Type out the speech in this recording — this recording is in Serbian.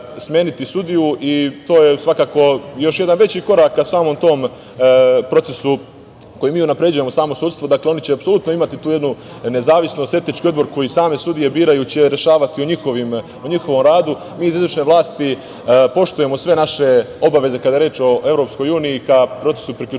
i to je, svakako još jedan veći korak ka samom tom procesu kojim mi unapređujemo samo sudstvo, dakle, oni će apsolutno imati tu jednu nezavisnost. Etički odbor koji same sudije biraju će rešavati o njihovom radu. Mi iz izvršne vlasti, poštujemo sve naše obaveze kada je reč o EU, ka procesu priključivanja,